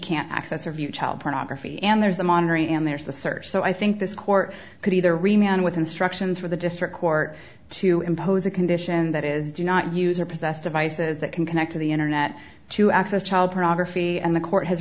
can't access or view child pornography and there's the monitoring and there's the search so i think this court could either remain on with instructions for the district court to impose a condition that is do not use or possess devices that can connect to the internet to access child pornography and the court has